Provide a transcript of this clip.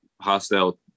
hostile